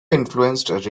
influenced